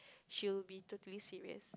she will be totally serious